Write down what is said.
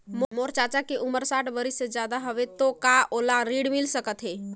मोर चाचा के उमर साठ बरिस से ज्यादा हवे तो का ओला ऋण मिल सकत हे?